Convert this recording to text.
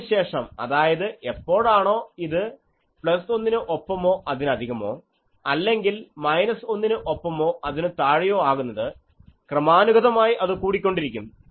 അതിനു ശേഷം അതായത് എപ്പോഴാണോ ഇത് പ്ലസ് 1 ന് ഒപ്പമോ അതിന് അധികമോ അല്ലെങ്കിൽ മൈനസ് 1 ന് ഒപ്പമോ അതിന് താഴെയോ ആകുന്നത് ക്രമാനുഗതമായി അത് കൂടിക്കൊണ്ടിരിക്കും